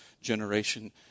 generation